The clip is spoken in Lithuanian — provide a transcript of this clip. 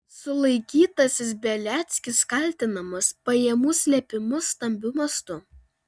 sulaikytasis beliackis kaltinamas pajamų slėpimu stambiu mastu